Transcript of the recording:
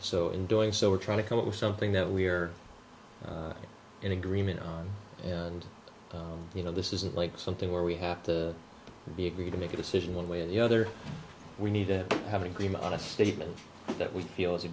so in doing so we're trying to come up with something that we're in agreement and you know this isn't like something where we have to begin to make a decision one way or the other we need to have agreement on a statement that we feel is a